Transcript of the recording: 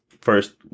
first